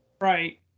Right